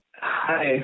Hi